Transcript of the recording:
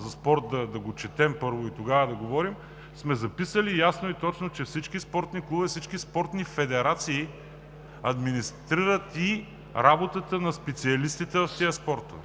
да го четем, първо, и тогава да говорим, сме записали ясно и точно, че всички спортни клубове, всички спортни федерации администрират и работата на специалистите в тези спортове.